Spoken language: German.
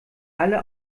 alle